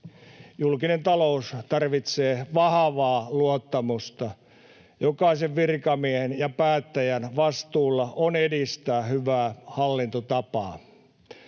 Julkinen talous tarvitsee vahvaa luottamusta. Jokaisen virkamiehen ja päättäjän vastuulla on edistää hyvää hallintotapaa.